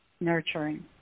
nurturing